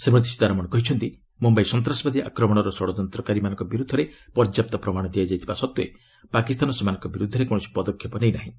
ଶ୍ରୀମତୀ ସୀତାରମଣ କହିଛନ୍ତି ମୁମ୍ୟାଇ ସନ୍ତାସବାଦୀ ଆକ୍ରମଣର ଷଡ଼ଯନ୍ତକାରୀମାନଙ୍କ ବିରୁଦ୍ଧରେ ପର୍ଯ୍ୟାପ୍ତ ପ୍ରମାଣ ଦିଆଯାଇଥିବା ସତ୍ତ୍ୱେ ପାକିସ୍ତାନ ସେମାନଙ୍କ ବିରୁଦ୍ଧରେ କୌଣସି ପଦକ୍ଷେପ ନେଇ ନାହିଁ